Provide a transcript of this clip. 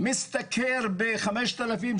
משתכר ב-5,000,